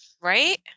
right